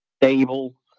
stable